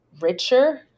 richer